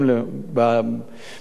בהערכה,